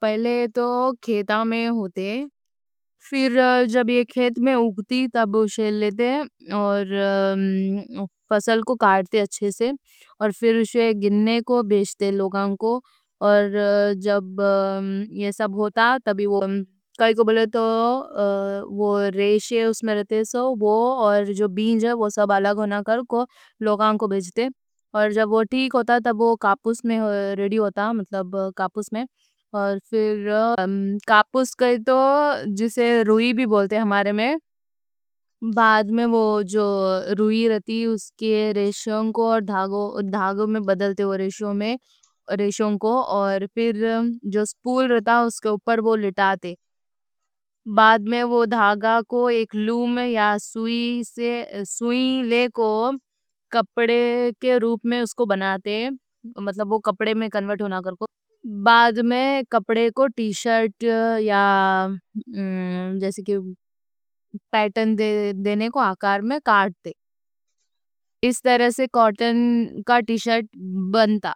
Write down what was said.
پہلے تو کھیتا میں ہوتے۔ پھر جب یہ کھیت میں اُگتی تب شیل لیتے اور فصل کو۔ کارتے اچھے سے اور پھر شیل گنے کو بھیجتے لوگوں کو۔ اور جب یہ سب ہوتا تبھی وہ کائیں کوں بولے تو وہ ریشے اس میں۔ رہتے تو وہ اور جو بیج ہے وہ لوگوں کو بھیجتے اور جب ٹھیک ہوتا تب وہ کپاس میں ریڈی ہوتا مطلب کپاس میں مطلب کپاس کہے تو جسے روئی بھی بولتے، بعد میں وہ جو روئی رہتی اس کے ریشوں کو دھاگوں میں بدلتے۔ پھر ریشوں کو تب وہ سپول رہتا اس پہ وہ لٹاتے، وہ لٹاتے، بعد میں۔ تب دھاگا کو ایک لوم یا سوئی سے کپڑے کے روپ میں اس کو بناتے۔ مطلب وہ کپڑے میں کنورٹ کر کو، بعد میں کپڑے کو۔ ٹی شرٹ یا جیسے کہ پیٹن دینے کو آکار۔ میں کاٹ دے اس طرح سے کاٹن کا ٹی شرٹ بنتا۔